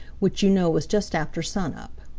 which you know was just after sun-up.